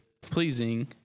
pleasing